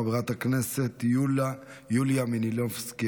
חברת הכנסת יוליה מלינובסקי,